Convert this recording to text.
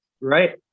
Right